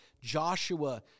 Joshua